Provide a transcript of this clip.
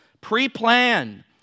pre-planned